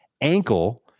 ankle